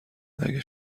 اگه